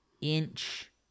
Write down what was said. inch